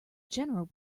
general